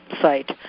site